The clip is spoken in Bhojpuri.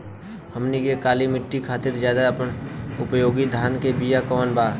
हमनी के काली माटी खातिर ज्यादा उपयोगी धान के बिया कवन बा?